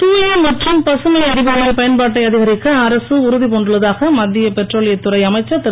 தூய மற்றும் பசுமை எரிபொருளின் பயன்பாட்டை அதிகரிக்க அரசு உறுதி பூண்டுள்ளதாக மத்திய பெட்ரோலியத் துறை அமைச்சர் திரு